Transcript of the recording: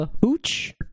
Hooch